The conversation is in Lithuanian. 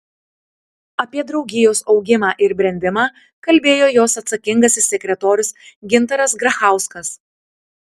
apie draugijos augimą ir brendimą kalbėjo jos atsakingasis sekretorius gintaras grachauskas